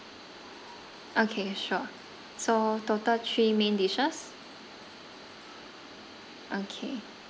okay sure so total three main dishes okay